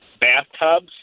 bathtubs